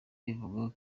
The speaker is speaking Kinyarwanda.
ivugwaho